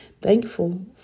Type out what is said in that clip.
Thankful